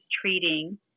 treating